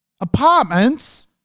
Apartments